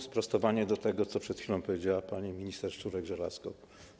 Sprostowanie odnośnie do tego, co przed chwilą powiedziała pani minister Szczurek--Żelazko.